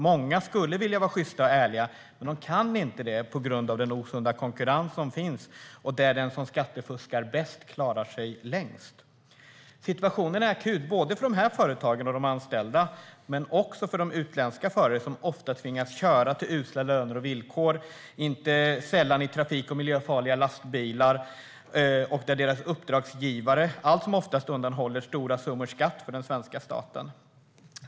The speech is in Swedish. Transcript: Många skulle vilja vara sjysta och ärliga, men de kan inte det på grund av den osunda konkurrens som finns. Den som skattefuskar bäst klarar sig längst. Situationen är akut för både de här företagen och de anställda, men också för de utländska förare som ofta tvingas till usla löner och villkor, inte sällan i trafik och miljöfarliga lastbilar. Allt som oftast undanhåller uppdragsgivarna stora summor skatt från den svenska staten.